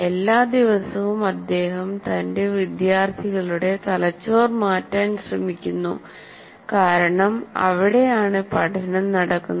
എല്ലാ ദിവസവും അദ്ദേഹം തന്റെ വിദ്യാർത്ഥികളുടെ തലച്ചോർ മാറ്റാൻ ശ്രമിക്കുന്നു കാരണം അവിടെയാണ് പഠനം നടക്കുന്നത്